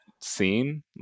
scene